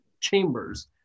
chambers